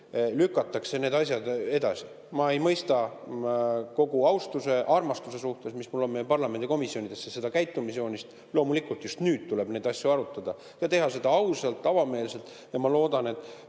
lükatakse need asjad edasi. Ma ei mõista – kogu austuse ja armastuse juures, mis mul meie parlamendi komisjonidesse on – seda käitumisjoont. Loomulikult, just nüüd tuleb neid asju arutada, teha seda ausalt ja avameelselt. Ma loodan, et